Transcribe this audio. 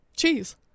Cheese